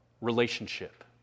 relationship